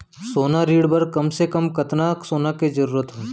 सोना ऋण बर कम से कम कतना सोना के जरूरत होही??